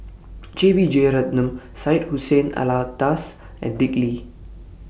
J B Jeyaretnam Syed Hussein Alatas and Dick Lee